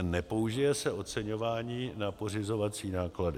Nepoužije se oceňování na pořizovací náklady.